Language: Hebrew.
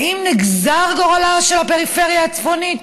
האם נגזר גורלה של הפריפריה הצפונית?